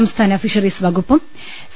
സംസ്ഥാന ഫിഷറീസ് വകുപ്പും സി